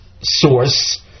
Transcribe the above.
source